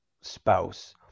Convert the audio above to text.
spouse